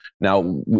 now